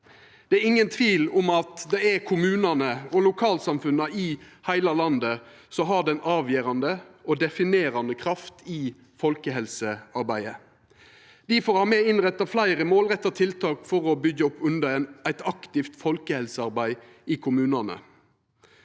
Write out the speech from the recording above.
Det er ingen tvil om at det er kommunane og lokalsamfunna i heile landet som har den avgjerande og definerande krafta i folkehelsearbeidet. Difor har me innretta fleire målretta tiltak for å byggja opp under eit aktivt folkehelsearbeid i kommunane.